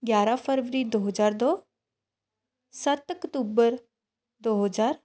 ਗਿਆਰਾਂ ਫਰਵਰੀ ਦੋ ਹਜ਼ਾਰ ਦੋ ਸੱਤ ਅਕਤੂਬਰ ਦੋ ਹਜ਼ਾਰ